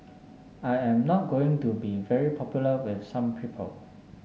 I am not going to be very popular with some people